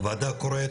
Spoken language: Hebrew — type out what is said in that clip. הוועדה קוראת,